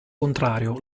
contrario